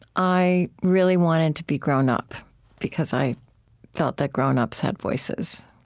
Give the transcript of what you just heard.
i really wanted to be grown up because i felt that grown-ups had voices.